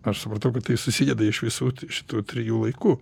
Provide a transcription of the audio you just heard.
aš supratau kad tai susideda iš visų šitų trijų laiku